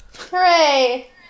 Hooray